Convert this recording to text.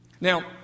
Now